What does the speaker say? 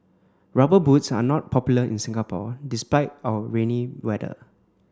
rubber boots are not popular in Singapore despite our rainy weather